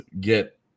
get